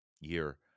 year